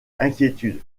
inquiétude